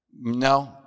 No